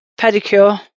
pedicure